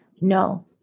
No